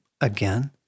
again